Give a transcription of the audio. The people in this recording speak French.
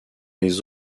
les